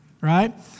Right